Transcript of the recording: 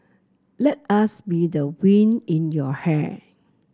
let us be the wind in your hair